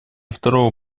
второго